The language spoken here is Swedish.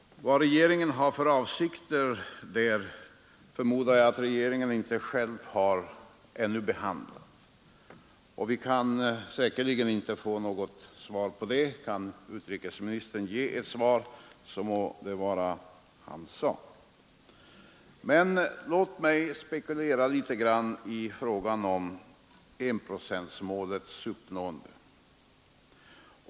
Jag förmodar att regeringen ännu inte har tagit ställning till den frågan, men kan utrikesministern ge ett svar må det vara hans sak. Låt mig emellertid spekulera litet i frågan om enprocentsmålets uppnående.